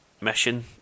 mission